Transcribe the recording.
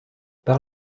par